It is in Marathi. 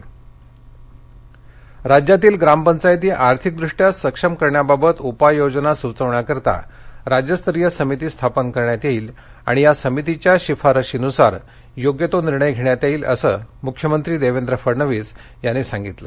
मख्यमंत्री अहमदनगर राज्यातील ग्रामपंचायती आर्थिकदृष्ट्या सक्षम करण्याबाबत उपाययोजना सूचविण्यासाठी राज्यस्तरीय समिती स्थापन करण्यात येईल आणि या समितीच्या शिफारशीनुसार योग्य निर्णय घेण्यात येईल असे प्रतिपादन मुख्यमंत्री देवेंद्र फडणवीस यांनी केले